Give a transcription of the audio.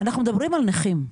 אנחנו מדברים על נכים,